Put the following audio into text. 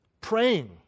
Praying